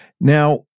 Now